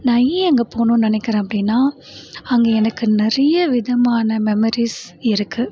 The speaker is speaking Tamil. நான் ஏன் அங்கே போகணும் நினைக்கிறேன் அப்படினா அங்கே எனக்கு நிறைய விதமான மெமரிஸ் இருக்குது